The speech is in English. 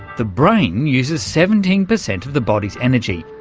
the brain uses seventeen percent of the body's energy.